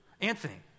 Anthony